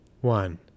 One